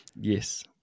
Yes